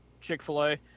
Chick-fil-A